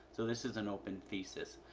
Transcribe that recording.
so this is an open thesis.